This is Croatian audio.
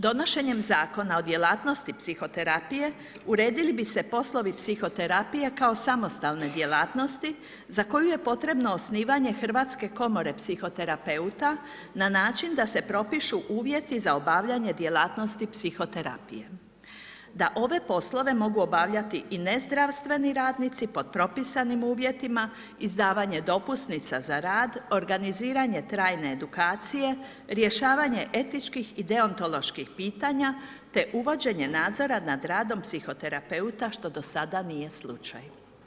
Donošenjem Zakona o djelatnosti psihoterapije uredili bi se poslovi psihoterapije kao samostane djelatnosti za koju je potrebno osnivanje Hrvatske komore psihoterapeuta na način da se propišu uvjeti za obavljanje djelatnosti psihoterapije., da ove poslove mogu obavljati i nezdravstveni radnici pod propisanim uvjetima, izdavanje dopusnica za rad, organiziranje trajne edukacije, rješavanje etičkih i deontoloških pitanja te uvođenje nadzora nad radom psihoterapeuta što do sada nije slučaj.